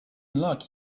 luck